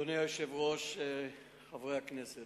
אדוני היושב-ראש, חברי הכנסת,